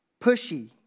Pushy